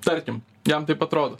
tarkim jam taip atrodo